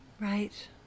right